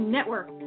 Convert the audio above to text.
Network